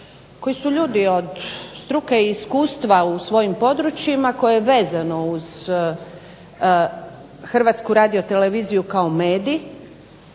koji su ljudi od struke i iskustva u svojim područjima koje je vezano uz Hrvatsku radioteleviziju kao medij